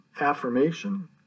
Affirmation